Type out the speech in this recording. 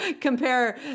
compare